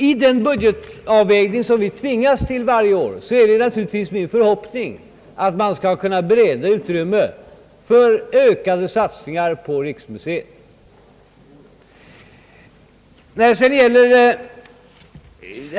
I den budgetavvägning som vi tvingas till varje vår är det naturligtvis min förhoppning att man skall kunna bereda utrymme för ökade satsningar på riksmuseet.